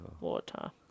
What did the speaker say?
Water